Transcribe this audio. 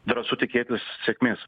drąsu tikėtis sėkmės